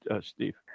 Steve